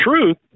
truth